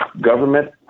government